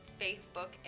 facebook